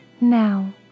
Now